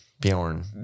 Bjorn